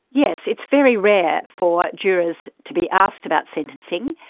yes, it's very rare for jurors to be asked about sentencing.